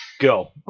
go